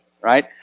right